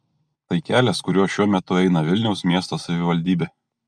tai kelias kuriuo šiuo metu eina vilniaus miesto savivaldybė